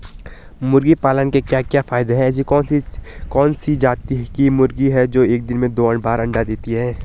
मुर्गी पालन के क्या क्या फायदे हैं ऐसी कौन सी जाती की मुर्गी है जो एक दिन में दो बार अंडा देती है?